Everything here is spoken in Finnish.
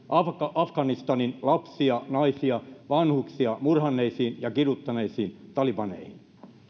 afganistanin lapsia naisia ja vanhuksia murhanneisiin ja kiduttaneisiin talibaneihin